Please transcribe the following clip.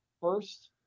First